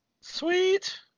sweet